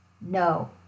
No